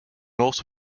also